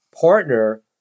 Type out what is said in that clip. partner